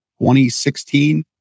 2016